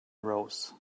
rose